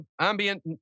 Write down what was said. ambient